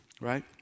right